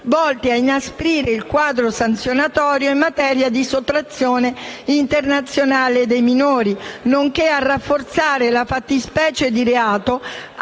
volte a inasprire il quadro sanzionatorio in materia di sottrazione internazionale dei minori, nonché a rafforzare la fattispecie di reato